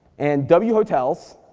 and w hotels,